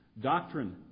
Doctrine